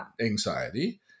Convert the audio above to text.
anxiety